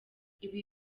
ibi